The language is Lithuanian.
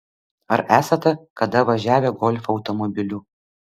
ar esate kada važiavę golfo automobiliu